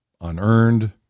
unearned